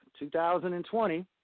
2020